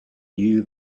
knew